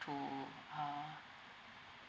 to uh